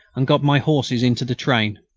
and got my horses into the train.